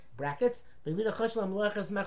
brackets